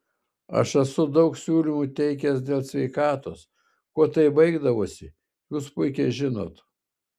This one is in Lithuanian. aš esu daug siūlymų teikęs dėl sveikatos kuo tai baigdavosi jūs puikiai žinot